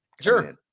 Sure